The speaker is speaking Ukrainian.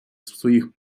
своїх